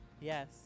yes